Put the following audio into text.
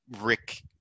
Rick